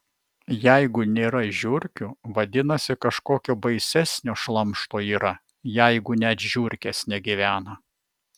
jeigu nėra žiurkių vadinasi kažkokio baisesnio šlamšto yra jeigu net žiurkės negyvena